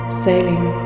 sailing